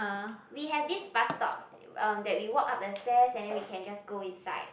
we have this bus stop um that we walk up the stairs and then we can just go inside